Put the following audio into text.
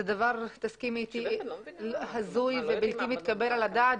תסכימי אתי שזה דבר הזוי ובלתי מתקבל על הדעת,